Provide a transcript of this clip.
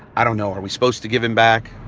i don't know. are we supposed to give him back?